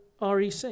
REC